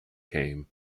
came